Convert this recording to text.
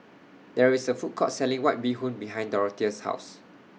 There IS A Food Court Selling White Bee Hoon behind Dorothea's House